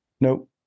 no